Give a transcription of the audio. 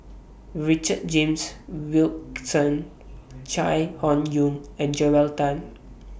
Richard James Wilkinson Chai Hon Yoong and Joel Tan